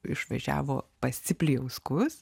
išvažiavo pas ciplijauskus